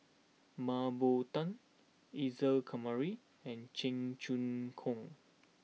Mah Bow Tan Isa Kamari and Cheong Choong Kong